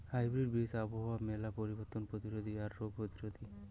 hybrid বীজ আবহাওয়ার মেলা পরিবর্তন প্রতিরোধী আর রোগ প্রতিরোধী